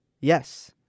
Yes